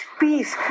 peace